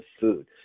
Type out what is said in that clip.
food